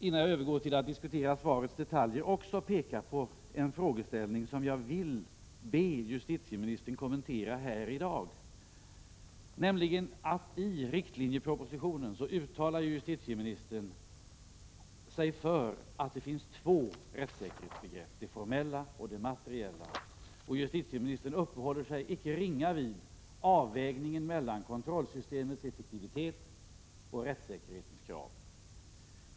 Innan jag övergår till att diskutera svarets detaljer, vill jag gärna peka på en frågeställning som jag vill be justitieministern kommentera här i dag. I riktlinjepropositionen uttalade justitieministern ju att det finns två rättssäkerhetsbegrepp, det formella och det materiella. Justitieministern uppehöll sigiicke ringa grad vid avvägningen mellan kontrollsystemets effektivitet och rättssäkerhetskravet.